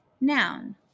Noun